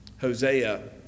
Hosea